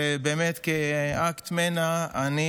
ובאמת כאקט מנע אני